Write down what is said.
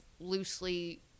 loosely